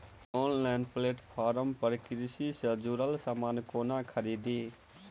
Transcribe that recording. Online platform पर कृषि सँ जुड़ल समान कोना खरीदी?